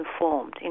informed